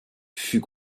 fut